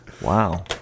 Wow